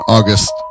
August